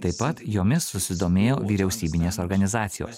taip pat jomis susidomėjo vyriausybinės organizacijos